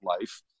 life